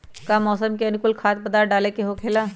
का मौसम के अनुकूल खाद्य पदार्थ डाले के होखेला?